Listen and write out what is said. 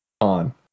on